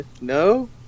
no